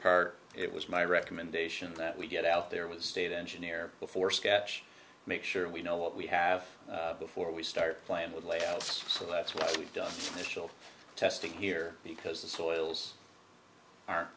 part it was my recommendation that we get out there was state engineer before sketch make sure we know what we have before we start playing with layouts so that's what we've done is still testing here because the soils are